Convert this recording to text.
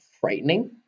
frightening